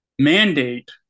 mandate